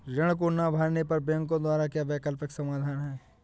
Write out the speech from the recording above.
ऋण को ना भरने पर बैंकों द्वारा क्या वैकल्पिक समाधान हैं?